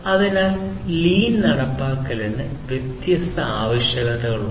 അതിനാൽ ലീൻ നടപ്പാക്കലിന് വ്യത്യസ്ത ആവശ്യകതകളുണ്ട്